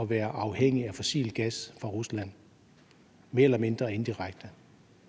at være afhængige af fossil gas fra Rusland – mere eller mindre indirekte.